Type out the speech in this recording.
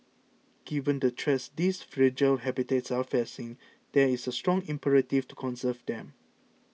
given the threats these fragile habitats are facing there is a strong imperative to conserve them